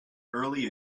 early